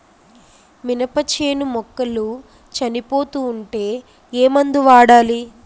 మినప చేను మొక్కలు చనిపోతూ ఉంటే ఏమందు వాడాలి?